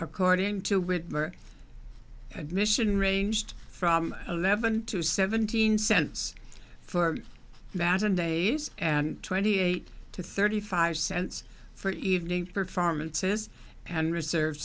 according to which admission ranged from eleven to seventeen cents for vans and days and twenty eight to thirty five cents for evening performances and reserve